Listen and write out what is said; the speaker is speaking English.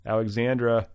Alexandra